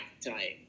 tonight